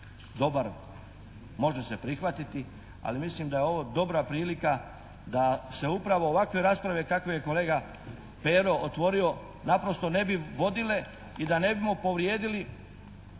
dobar, može se prihvatiti ali mislim da je ovo dobra prilika da se upravo ovakve rasprave kakve je kolega Pero otvorio naprosto ne bi vodile i da ne bismo povrijedili